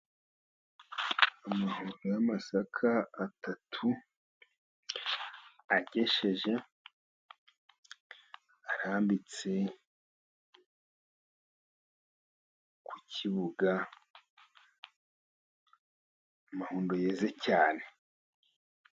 Amahundo y'amasaka atatu agesheje, arambitse ku kibuga, amahundo yeze cyane.